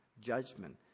judgment